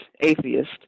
atheist